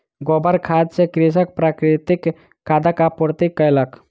गोबर खाद सॅ कृषक प्राकृतिक खादक आपूर्ति कयलक